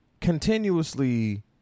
continuously